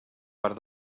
part